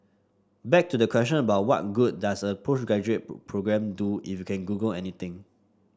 back to the question about what good does a postgraduate programme do if you can Google anything